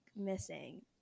missing